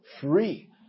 free